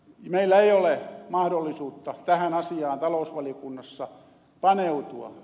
meillä ei ole mahdollisuutta tähän asiaan talousvaliokunnassa paneutua